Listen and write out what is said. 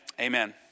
Amen